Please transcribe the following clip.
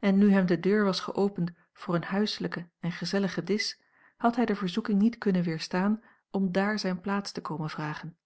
en nu hem de deur was geopend voor een huiselijken en gezelligen disch had hij de verzoeking niet kunnen weerstaan om dààr zijne plaats te komen vragen